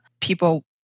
people